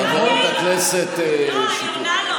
חברת הכנסת קטי שטרית.